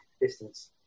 distance